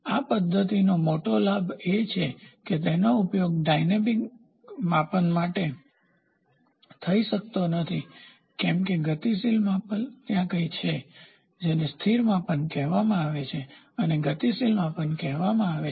આ પદ્ધતિનો મોટો ગેરલાભ એ છે કે તેનો ઉપયોગ ડાયનેમીકગતિશીલ માપન માટે થઈ શકતો નથી કેમ કે ગતિશીલ માપન ત્યાં કંઈક છે જેને સ્થિર માપન કહેવામાં આવે છે અને ગતિશીલ માપન કહેવામાં આવે છે